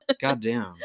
Goddamn